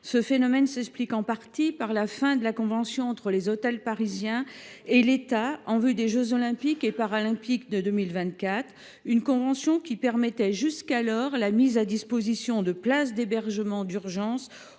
Ce phénomène s’explique en partie par la fin de la convention entre les hôtels parisiens et l’État en vue des jeux Olympiques et Paralympiques de 2024, une convention qui permettait jusqu’alors la mise à disposition de places d’hébergement d’urgence